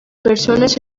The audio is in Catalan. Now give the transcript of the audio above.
persones